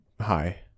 hi